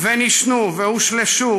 ונשנו והושלשו,